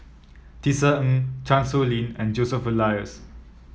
Tisa Ng Chan Sow Lin and Joseph Elias